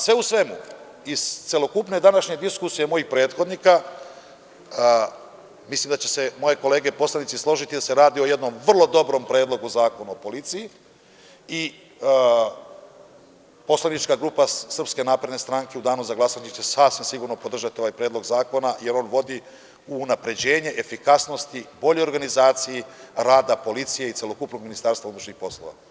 Sve u svemu, iz celokupne današnje diskusije mojih prethodnika, mislim da će se moje kolege poslanici složiti da se radi o jednom vrlo dobrom Predlogu zakona o policiji i poslanička grupa SNS u danu za glasanje će sasvim sigurno podržati ovaj predlog zakona jer on vodi u unapređenje efikasnosti, boljoj organizaciji rada policije i celokupnog MUP-a.